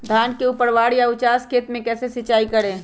धान के ऊपरवार या उचास खेत मे कैसे सिंचाई करें?